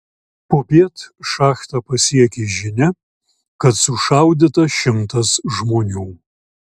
popiet šachtą pasiekė žinia kad sušaudyta šimtas žmonių